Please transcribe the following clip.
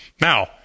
Now